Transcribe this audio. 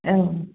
औ